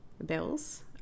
Bills